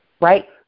right